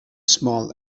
small